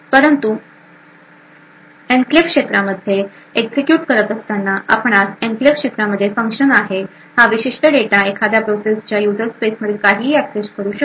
परंतु एन्क्लेव्ह क्षेत्रामध्ये एक्झिक्युट करत असताना आपणास एन्क्लेव्ह क्षेत्रामध्ये फंक्शन आहे हा विशिष्ट डेटा एखाद्या प्रोसेसच्या यूजर स्पेस मधील काहीही एक्सस करू शकतो